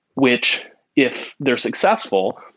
which if they're successful,